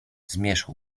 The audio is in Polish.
zmierzch